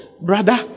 Brother